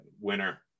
winner